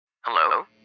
Hello